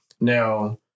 Now